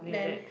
then